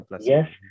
yes